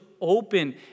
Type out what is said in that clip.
open